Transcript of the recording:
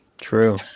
true